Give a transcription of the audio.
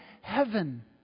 heaven